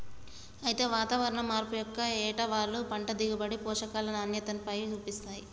అయితే వాతావరణం మార్పు యొక్క ఏటవాలు పంట దిగుబడి, పోషకాల నాణ్యతపైన సూపిస్తాయి